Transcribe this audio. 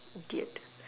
idiot